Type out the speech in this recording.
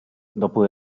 dopo